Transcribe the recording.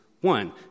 one